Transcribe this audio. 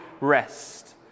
rest